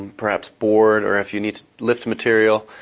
perhaps board or if you need to lift material,